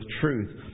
truth